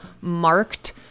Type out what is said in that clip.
marked